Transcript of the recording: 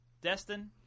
Destin